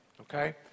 okay